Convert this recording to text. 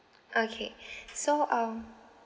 okay so um